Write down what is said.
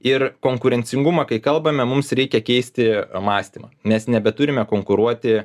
ir konkurencingumą kai kalbame mums reikia keisti mąstymą mes nebeturime konkuruoti